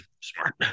smart